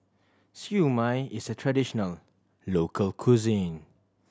Siew Mai is a traditional local cuisine